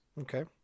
Okay